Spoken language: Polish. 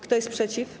Kto jest przeciw?